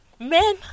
Men